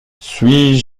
suis